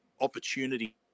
opportunity